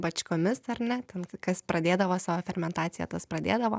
bačkomis ar ne ten kas pradėdavo savo fermentaciją tas pradėdavo